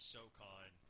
SoCon